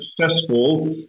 successful